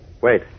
Wait